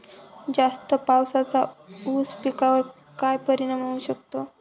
जास्त पावसाचा ऊस पिकावर काय परिणाम होऊ शकतो?